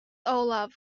olav